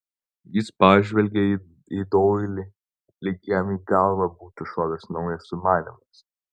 jis pažvelgė į doilį lyg jam į galvą būtų šovęs naujas sumanymas